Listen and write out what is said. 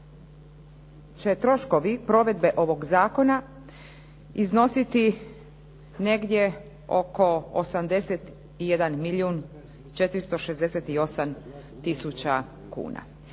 će troškovi provedbe ovog zakona iznositi negdje oko 81 milijun 468 tisuća kuna.